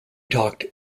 talked